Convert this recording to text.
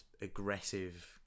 aggressive